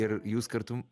ir jūs kartum